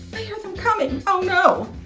i hear them coming, oh no!